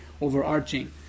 overarching